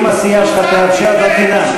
אם הסיעה שלך תאפשר, שאלתי שאלה.